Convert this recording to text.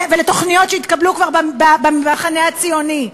ושל תוכניות שכבר התקבלו במחנה הציוני.